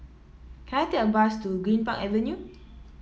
can I take a bus to Greenpark Avenue